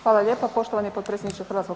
Hvala lijepa poštovani potpredsjedniče HS.